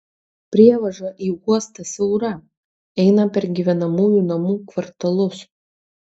prievaža į uostą siaura eina per gyvenamųjų namų kvartalus